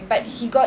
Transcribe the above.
mm